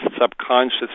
subconscious